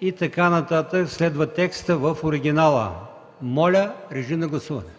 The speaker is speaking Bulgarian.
и така нататък, следва текстът в оригинала. Моля, гласувайте.